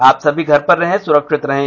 आप सभी घर पर रहें सुरक्षित रहें